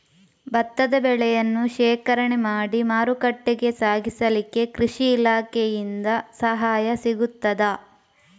ಭತ್ತದ ಬೆಳೆಯನ್ನು ಶೇಖರಣೆ ಮಾಡಿ ಮಾರುಕಟ್ಟೆಗೆ ಸಾಗಿಸಲಿಕ್ಕೆ ಕೃಷಿ ಇಲಾಖೆಯಿಂದ ಸಹಾಯ ಸಿಗುತ್ತದಾ?